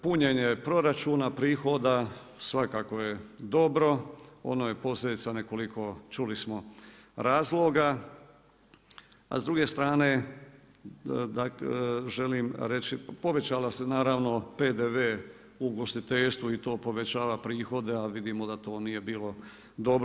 Punjenje proračuna prihoda, svakako je dobro ono je posljedica nekoliko čuli smo razloga, a s druge strane želim reći povećao se PDV u ugostiteljstvu i to povećava prihode, a vidimo da to nije bilo dobro.